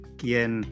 quien